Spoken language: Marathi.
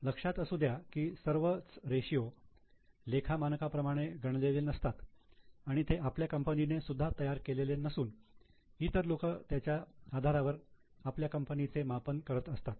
लक्षात असू द्या की सर्वच रेशियो लेखा मानकाप्रमाणे गणलेले नसतात आणि ते आपल्या कंपनीने सुद्धा तयार केलेले नसून इतर लोक त्यांच्या आधारावर आपल्या कंपनीचे मापन करत असतात